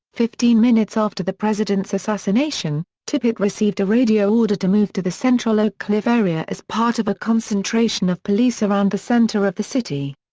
fifteen minutes after the president's assassination, tippit received a radio order to move to the central oak cliff area as part of a concentration of police around the center of the city.